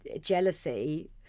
jealousy